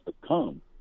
become